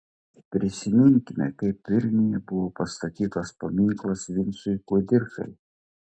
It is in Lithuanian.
prisiminkime kaip vilniuje buvo pastatytas paminklas vincui kudirkai